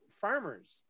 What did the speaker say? farmers